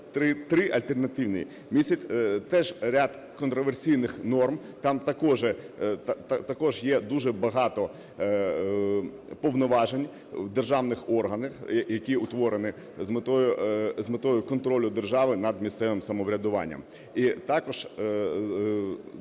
(альтернативний) містить теж ряд контраверсійних норм, там також є дуже багато повноважень державних органів, які утворені з метою контролю держави над місцевим самоврядуванням.